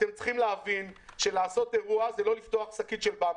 עליכם להבין שלעשות אירוע זה לא לפתוח שקית של במבה.